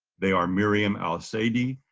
they are miriam al-saedy,